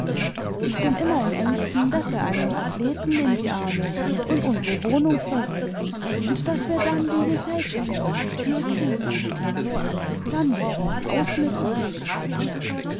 ich bin immer in ängsten daß er einem athleten in die arme rennt und unsere wohnung verrät und daß wir dann die gesellschaft auf die tür kriegen dann wäre es aus mit uns